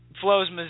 flows